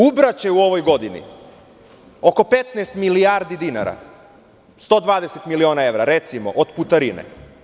Ubraće u ovoj godini oko 15 milijardi dinara, 120 miliona evra, recimo, od putarina.